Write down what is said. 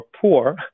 poor